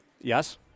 Yes